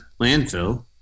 landfill